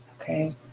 okay